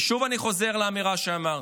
ושוב אני חוזר לאמירה שאמרתי: